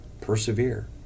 persevere